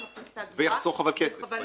הכנסה קבועה --- ויחסוך אבל כסף,